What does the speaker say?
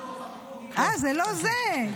אה, זה לא זה.